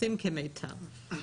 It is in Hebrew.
עושים כמיטב.